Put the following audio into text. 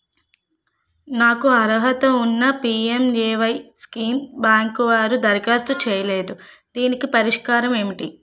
నాకు అర్హత ఉన్నా పి.ఎం.ఎ.వై స్కీమ్ బ్యాంకు వారు దరఖాస్తు చేయలేదు దీనికి పరిష్కారం ఏమిటి?